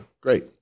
great